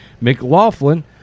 McLaughlin